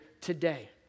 today